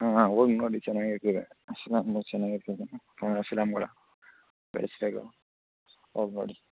ಹಾಂ ಹಾಂ ಹೋಗಿ ನೋಡಿ ಚನಗಾಯ್ತದೆ ಫಿಲಮ್ಮು ಚನಗಾಯ್ತದೆ ಹಾಂ ಫಿಲಮ್ಗಳು ಹೋಗಿಬನ್ನಿ